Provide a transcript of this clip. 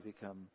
become